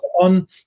on